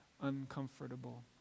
uncomfortable